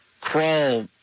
crawl